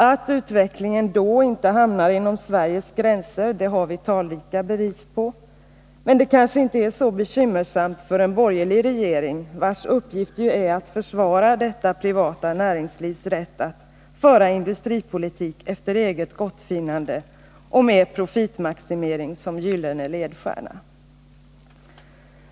Att utvecklingen då inte hamnar inom Sveriges gränser har vi talrika bevis på — men det kanske inte är så bekymmersamt för en borgerlig regering, vars uppgift ju är att försvara detta privata näringslivs rätt att föra industripolitik efter eget gottfinnande och med profitmaximering som gyllene ledstjärna.